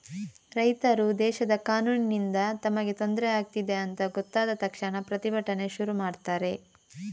ರೈತರು ದೇಶದ ಕಾನೂನಿನಿಂದ ತಮಗೆ ತೊಂದ್ರೆ ಆಗ್ತಿದೆ ಅಂತ ಗೊತ್ತಾದ ತಕ್ಷಣ ಪ್ರತಿಭಟನೆ ಶುರು ಮಾಡ್ತಾರೆ